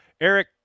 Eric